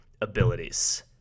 abilities